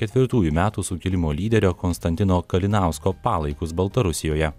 ketvirtųjų metų sukilimo lyderio konstantino kalinausko palaikus baltarusijoje